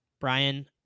brian